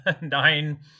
nine